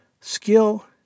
skill